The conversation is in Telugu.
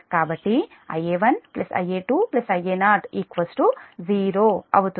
కాబట్టి Ia1 Ia2 Ia0 0అవుతుంది